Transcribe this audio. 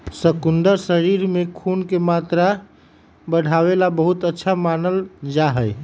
शकुन्दर शरीर में खून के मात्रा बढ़ावे ला बहुत अच्छा मानल जाहई